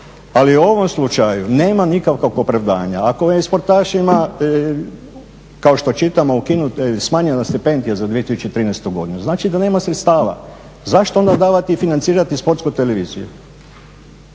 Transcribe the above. Ali u ovom slučaju nema nikakvog opravdanja ako je i sportašima kao što čitamo ukinut, smanjena stipendija za 2013. godinu znači da nema sredstava. Zašto onda davati i financirati Sportsku televiziju?